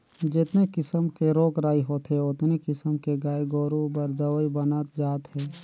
जेतने किसम के रोग राई होथे ओतने किसम के गाय गोरु बर दवई बनत जात हे